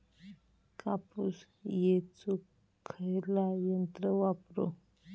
कापूस येचुक खयला यंत्र वापरू?